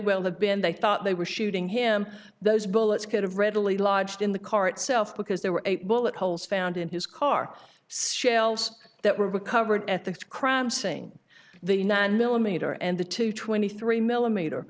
well have been they thought they were shooting him those bullets could have readily lodged in the car itself because there were bullet holes found in his car sales that were recovered at the crime saying the nine millimeter and the two twenty three millimeter